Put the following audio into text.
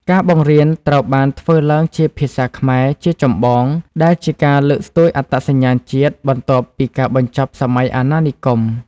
ការបង្រៀនត្រូវបានធ្វើឡើងជាភាសាខ្មែរជាចម្បង ដែលជាការលើកស្ទួយអត្តសញ្ញាណជាតិបន្ទាប់ពីការបញ្ចប់សម័យអាណានិគម។